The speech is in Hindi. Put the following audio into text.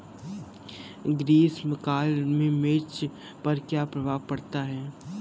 ग्रीष्म काल में मिर्च पर क्या प्रभाव पड़ता है?